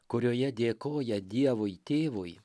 kurioje dėkoja dievui tėvui